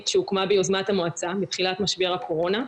שהוקמה ביוזמת המועצה בתחילת משבר הקורונה.